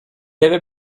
avait